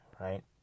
right